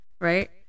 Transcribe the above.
right